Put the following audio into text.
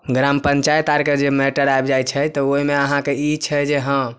ग्राम पंचयात आरके जे मेटर आबि जाइ छै तऽ ओहिमे अहाँके ई छै जे हँ